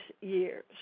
years